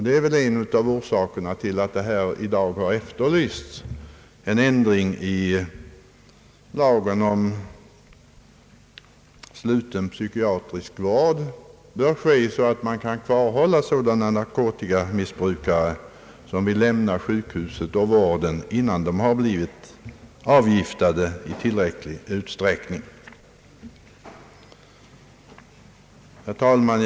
Det är väl en av orsakerna till att det här i kammaren i dag har efterlysts en ändring i lagen om sluten psykiatrisk vård, så att man kan kvarhålla sådana narkotikamissbrukare som vill lämna sjukhuset och vården innan de har blivit avgiftade i tillräcklig utsträckning. Herr talman!